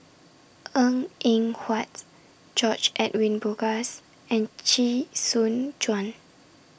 Png Eng Huat George Edwin Bogaars and Chee Soon Juan